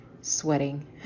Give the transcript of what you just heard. sweating